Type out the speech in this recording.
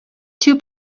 two